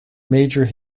major